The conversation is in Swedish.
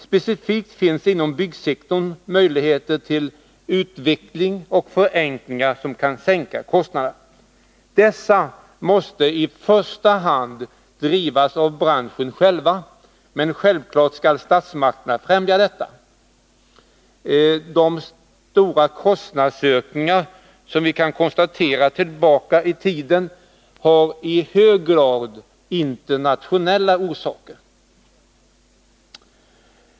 Specifikt finns inom byggsektorn möjligheter till utveckling och förenklingar som kan sänka kostnaderna. Dessa måste i första hand drivas av branschen själv, men självfallet skall statsmakterna främja detta. De stora kostnadsökningar som vi kan konstatera bakåt i tiden har i hög grad internationella orsaker.